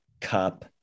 Cup